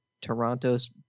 Toronto's